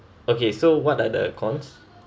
okay so what are the cons